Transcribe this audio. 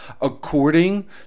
according